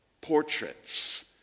Portraits